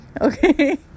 okay